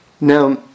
Now